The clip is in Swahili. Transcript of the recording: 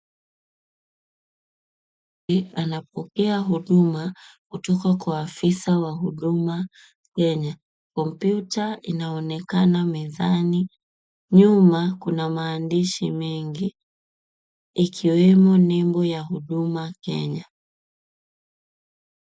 Mwanaume anapokea huduma kutoka kwa afisa wa huduma Kenya. Kompyuta inaonekana mezani. Nyuma kuna maandishi mengi ikiwemo nembo ya huduma Kenya.